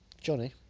Johnny